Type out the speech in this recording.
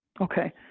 Okay